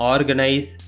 Organize